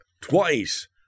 Twice